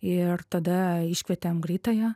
ir tada iškvietėm greitąją